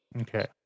Okay